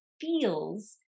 feels